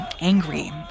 angry